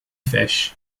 fish